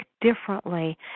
differently